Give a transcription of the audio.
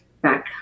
back